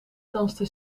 danste